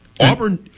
Auburn